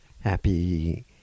happy